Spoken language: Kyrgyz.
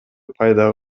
пайда